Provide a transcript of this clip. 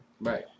right